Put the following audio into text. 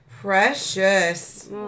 Precious